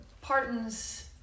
Parton's